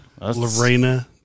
Lorena